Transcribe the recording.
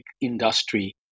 industry